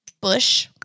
Bush